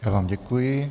Já vám děkuji.